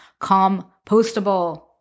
compostable